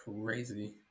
crazy